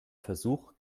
versuch